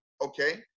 okay